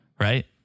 Right